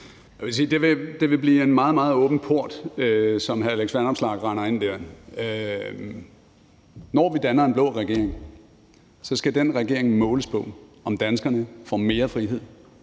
det vil blive en meget, meget åben dør, som hr. Alex Vanopslagh løber ind der. Når vi danner en blå regering, skal den regering måles på, om danskerne får mere frihed